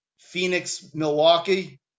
Phoenix-Milwaukee